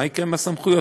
מה יקרה עם הסמכויות?